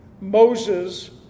Moses